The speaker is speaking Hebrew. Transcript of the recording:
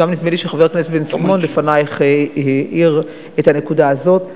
ונדמה לי שגם חבר הכנסת בן-סימון לפנייך העיר את הנקודה הזאת,